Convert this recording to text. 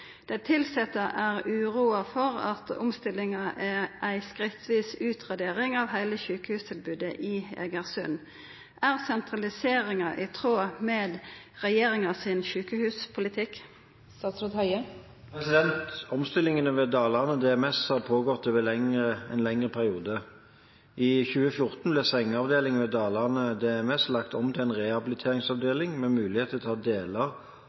det ortopediske tilbodet. Dei tilsette er uroa for at omstillinga er ei skrittvis utradering av heile sjukehustilbodet i Egersund. Er sentraliseringa i tråd med regjeringa sin sjukehuspolitikk?» Omstillingene ved Dalane DMS har pågått over en lengre periode. I 2014 ble sengeavdelingen ved Dalane DMS lagt om til en rehabiliteringsavdeling med mulighet til å ta deler av